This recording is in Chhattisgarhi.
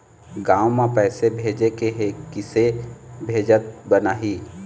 गांव म पैसे भेजेके हे, किसे भेजत बनाहि?